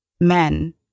men